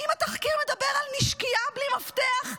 האם התחקיר מדבר על נשקייה בלי מפתח?